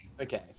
Okay